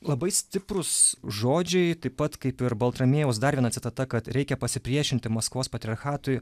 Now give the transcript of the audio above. labai stiprūs žodžiai taip pat kaip ir baltramiejaus dar viena citata kad reikia pasipriešinti maskvos patriarchatui